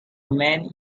man